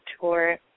tour